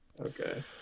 Okay